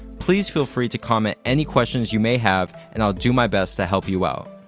please feel free to comment any questions you may have and i'll do my best to help you out.